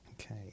Okay